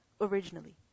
originally